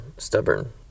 stubborn